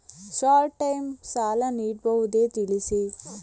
Short time ಸಾಲ ನೀಡಬಹುದೇ ತಿಳಿಸಿ?